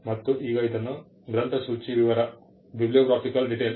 ಮತ್ತು ಈಗ ಇದನ್ನು ಗ್ರಂಥಸೂಚಿ ವಿವರBibliographical Detail